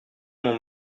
mon